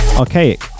archaic